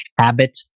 habit